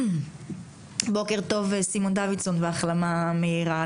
בוקר טוב סימון דוידסון והחלמה מהירה.